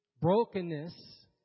brokenness